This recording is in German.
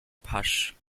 pasch